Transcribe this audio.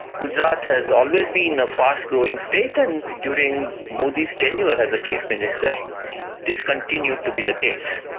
gujarat has always been a fast-growing state, and during modi's tenure as chief minister this continued to be the case.